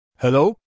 Hello